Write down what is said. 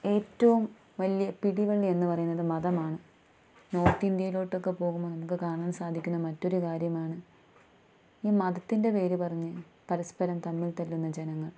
ഏറ്റവും വലിയ പിടിവള്ളി എന്ന് പറയുന്നത് മതമാണ് നോർത്ത് ഇന്ത്യയിലോട്ടൊക്കെ പോവുമ്പോള് നമുക്ക് കാണാൻ സാധിക്കുന്ന മറ്റൊരു കാര്യമാണ് ഈ മതത്തിൻ്റെ പേര് പറഞ്ഞ് പരസ്പരം തമ്മിൽ തല്ലുന്ന ജനങ്ങൾ